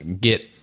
get –